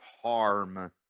harm